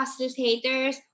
facilitators